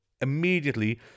immediately